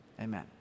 Amen